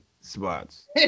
spots